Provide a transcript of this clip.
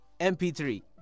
MP3